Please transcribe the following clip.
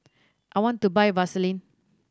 I want to buy Vaselin